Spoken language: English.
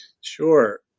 Sure